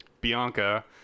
Bianca